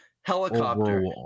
helicopter